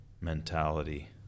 mentality